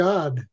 God